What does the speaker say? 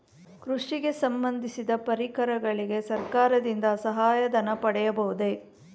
ಕೃಷಿಗೆ ಸಂಬಂದಿಸಿದ ಪರಿಕರಗಳಿಗೆ ಸರ್ಕಾರದಿಂದ ಸಹಾಯ ಧನ ಪಡೆಯಬಹುದೇ?